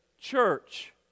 church